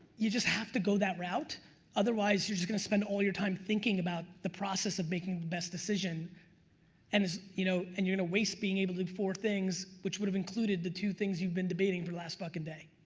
you just have to go that route otherwise you're just gonna spend all your time thinking about the process of making the best decision and it's, you know, and you're gonna waste being able to do four things which would have included the two things you've been debating for the last fuckin' day.